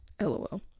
LOL